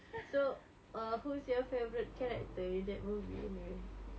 so err who's your favourite character in that movie anyway